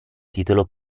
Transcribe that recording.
titolo